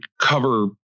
cover